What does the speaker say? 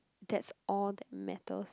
that's all that matters